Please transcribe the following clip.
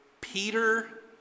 Peter